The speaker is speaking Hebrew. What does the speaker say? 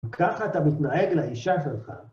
וככה אתה מתנהג לאישה שלך.